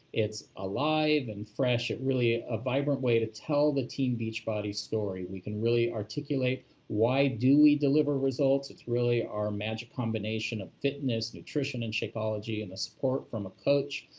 it's alive and fresh, it's really a vibrant way to tell the team beachbody story. we can really articulate why do we deliver results, it's really our magic combination of fitness, nutrition, and shakeology and the support from a coach.